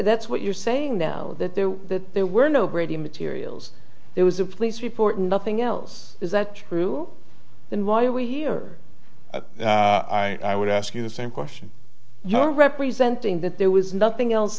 that's what you're saying though that there were that there were no brady materials there was a police report and nothing else is that true then why are we here at i would ask you the same question you're representing that there was nothing else